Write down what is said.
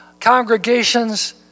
congregations